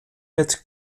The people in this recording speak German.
mit